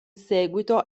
seguito